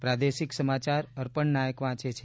પ્રાદેશિક સમાચાર અર્પણ નાયક વાંચે છે